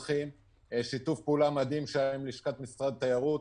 רק אתמול גם נוכחנו לגלות שישראלי טס לאוקראינה דרך טורקיה.